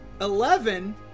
eleven